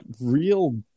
real